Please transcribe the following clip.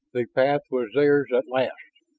the path was theirs at last,